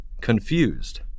confused